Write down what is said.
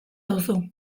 duzu